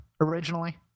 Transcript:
originally